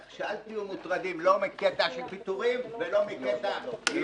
אל תהיו מוטרדים לא מפיטורים ולא ממחסור.